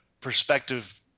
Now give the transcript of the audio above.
perspective